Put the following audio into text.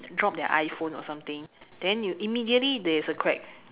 drop their iPhone or something then you immediately there is a crack